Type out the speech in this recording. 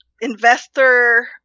investor